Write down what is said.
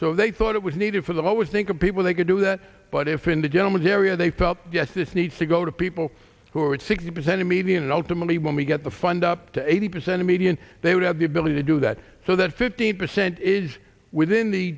so they thought it was needed for them always think of people they could do that but if in the gentleman's area they felt yes this needs to go to people who are sixty percent a median and ultimately when we get the fund up to eighty percent a median they would have the ability to do that so that fifteen percent is within the